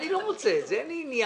אני לא רוצה את זה, אין לי עניין.